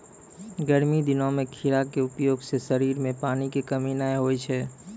गर्मी दिनों मॅ खीरा के उपयोग सॅ शरीर मॅ पानी के कमी नाय होय छै